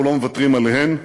אנחנו לא מוותרים עליהן,